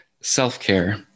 self-care